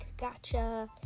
gotcha